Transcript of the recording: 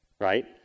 right